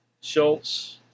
Schultz